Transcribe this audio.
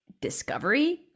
Discovery